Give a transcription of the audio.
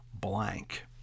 blank